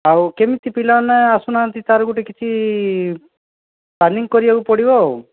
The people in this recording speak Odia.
ଆଉ କେମିତି ପିଲାମାନେ ଆସୁନାହାନ୍ତି ତା'ର ଗୋଟେ କିଛି ପ୍ଲାନିଂ କରିବାକୁ ପଡ଼ିବ ଆଉ